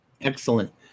excellent